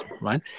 right